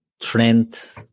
Trent